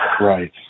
Right